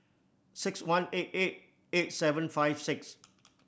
six one eight eight eight seven five six